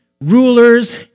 rulers